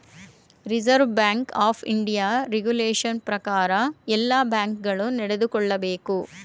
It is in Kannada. reserve Bank of India regulation ಪ್ರಕಾರ ಎಲ್ಲ ಬ್ಯಾಂಕ್ ಗಳು ನಡೆದುಕೊಳ್ಳಬೇಕು